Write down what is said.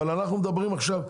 אנחנו מדברים עכשיו,